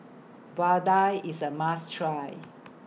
Vadai IS A must Try